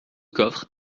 coffre